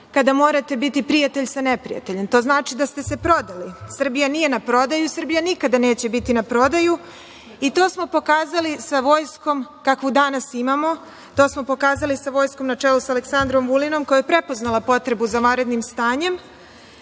kada morate biti prijatelj sa neprijateljem. To znači da ste se prodali. Srbija nije na prodaju. Srbija nikada neće biti na prodaju, i to smo pokazali sa vojskom kakvu danas imamo, to smo pokazali sa vojskom na čelu sa Aleksandrom Vulinom, a koje je prepoznala potrebu za vanrednim stanjem,